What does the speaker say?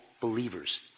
believers